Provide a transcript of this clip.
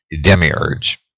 Demiurge